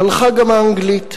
הלכה גם האנגלית.